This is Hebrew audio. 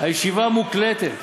הישיבה מוקלטת,